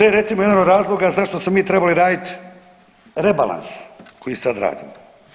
To je recimo jedan od razloga zašto smo mi trebali raditi rebalans koji sada radimo.